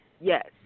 Yes